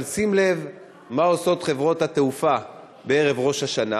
אבל שים לב מה עושות חברות התעופה בערב ראש השנה: